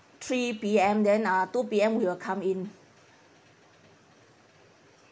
three P_M then uh two P_M we will come in